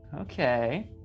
Okay